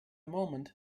moment